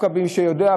מי שיודע,